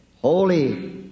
Holy